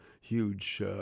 huge